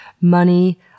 money